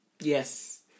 Yes